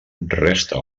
resta